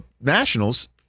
Nationals –